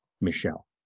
Michelle